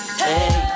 hey